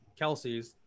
Kelseys